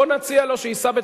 בוא נציע לו שהוא ייסע.